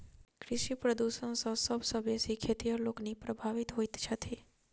कृषि प्रदूषण सॅ सभ सॅ बेसी खेतिहर लोकनि प्रभावित होइत छथि